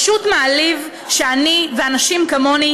פשוט מעליב שאני ואנשים כמוני,